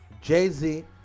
Jay-Z